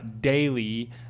daily